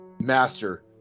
Master